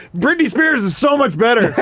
britney spears is so much better.